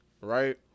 Right